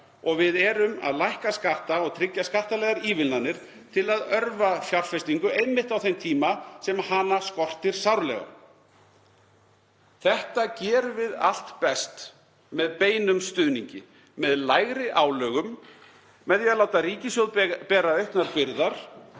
Og við erum að lækka skatta og tryggja skattalegar ívilnanir til að örva fjárfestingu einmitt á þeim tíma sem hana skortir sárlega. Þetta gerum við best með beinum stuðningi, með lægri álögum, með því að láta ríkissjóð bera auknar byrðar,